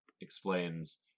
explains